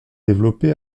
développé